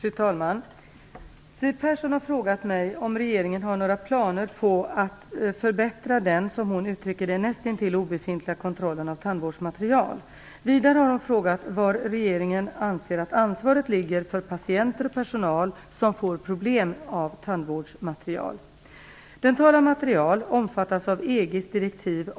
Fru talman! Siw Persson har frågat mig om regeringen har några planer på att förbättra den - som hon uttrycker det - nästintill obefintliga kontrollen av tandvårdsmaterial. Vidare har hon frågat var regeringen anser att ansvaret ligger för patienter och personal som får problem av tandvårdsmaterial.